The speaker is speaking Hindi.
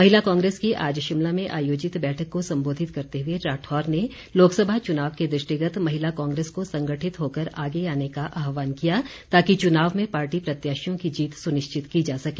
महिला कांग्रेस की आज शिमला में आयोजित बैठक को संबोधित करते हुए राठौर ने लोकसभा चुनाव के दृष्टिगत महिला कांग्रेस को संगठित होकर आगे आने का आहवान किया ताकि चुनाव में पार्टी प्रत्याशियों की जीत सुनिश्चित की जा सके